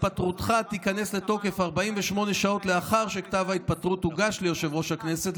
התפטרותך תיכנס לתוקף 48 שעות לאחר שכתב ההתפטרות הוגש ליושב-ראש הכנסת.